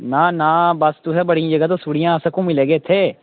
ना ना बस तुसें बड़ियां जगहां दस्सी ओड़ियां अस घूमी लैगे इत्थें